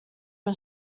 men